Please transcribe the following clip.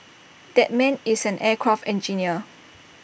that man is an aircraft engineer